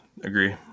agree